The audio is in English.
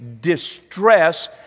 distress